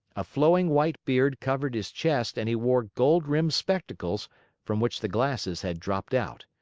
a flowing white beard covered his chest and he wore gold-rimmed spectacles from which the glasses had dropped out.